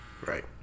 Right